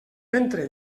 ventre